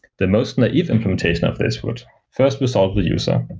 the most naive implementation of this would first resolve the user,